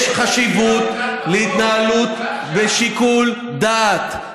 יש חשיבות להתנהלות בשיקול דעת.